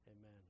Amen